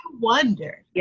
wonder